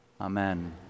amen